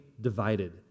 divided